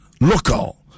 local